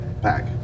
pack